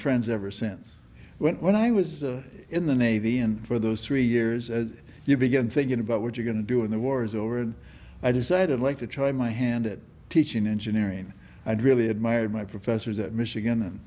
friends ever since i went when i was in the navy and for those three years as you begin thinking about what you're going to do in the war's over and i decided like to try my hand at teaching engineering i really admired my professors at michigan